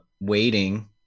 waiting